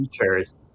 features